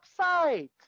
website